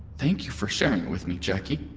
thank you for sharing it with me, jacki